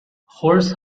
horse